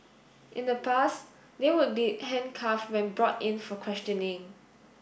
in the past they would be handcuffed when brought in for questioning